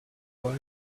boy